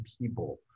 people